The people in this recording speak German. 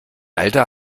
alter